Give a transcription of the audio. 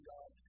God